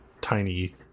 tiny